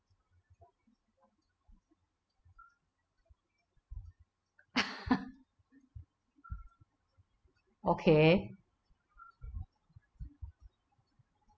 okay